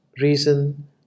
reason